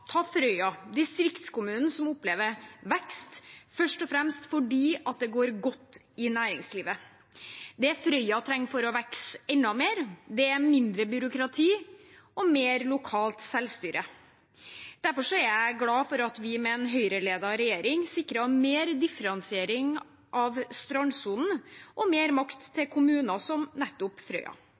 Ta Frøya – distriktskommunen som opplever vekst først og fremst fordi det går godt i næringslivet. Det Frøya trenger for å vokse enda mer, er mindre byråkrati og mer lokalt selvstyre. Derfor er jeg glad for at vi med en høyreledet regjering sikret mer differensiering av strandsonen og mer makt til kommuner som nettopp Frøya.